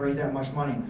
that much money.